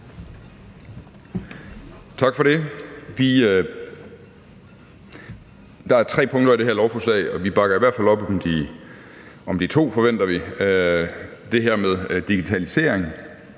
Tak for det. Der er tre punkter i det her lovforslag, og vi bakker i hvert fald om op om de to af dem, forventer vi. Det her med digitalisering,